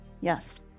Yes